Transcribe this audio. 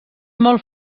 molt